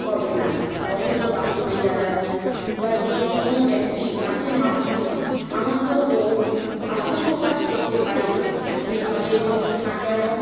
হবে না অথচ বাস্তবে যারা বা যে কোনো ব্যক্তি নাচের মাধ্যমে আনন্দ ও আত্মপ্রকাশ করতে পারে যেভাবেই হোক না কেন